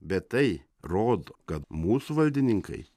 bet tai rodo kad mūsų valdininkai